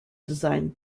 designed